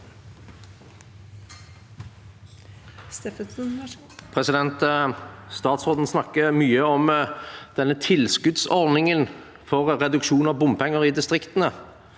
Statsråden snakker mye om tilskuddsordningen for reduksjon av bompenger i distriktene.